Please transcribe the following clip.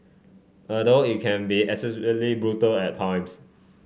although it can be brutal at times